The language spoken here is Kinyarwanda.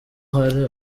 hari